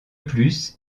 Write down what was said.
plus